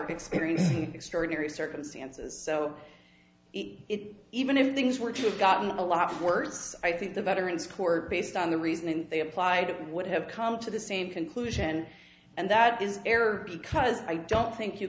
experiencing extraordinary circumstances so even if things were to have gotten a lot worse i think the veterans court based on the reason they applied it would have come to the same conclusion and that is fair because i don't think you